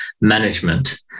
management